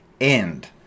End